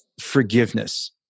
forgiveness